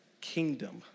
kingdom